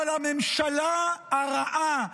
אבל הממשלה הרעה,